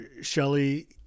Shelley